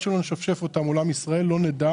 שלא נשפשף אותה מול עם ישראל - לא נדע